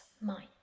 mind